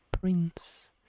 prince